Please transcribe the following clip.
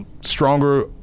stronger